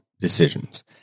decisions